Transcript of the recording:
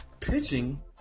pitching